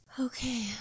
Okay